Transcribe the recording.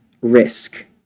risk